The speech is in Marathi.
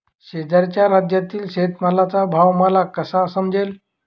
शेजारच्या राज्यातील शेतमालाचा भाव मला कसा समजेल?